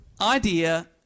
idea